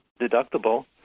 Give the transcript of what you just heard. deductible